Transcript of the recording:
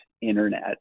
internet